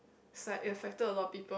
it affected a lot of people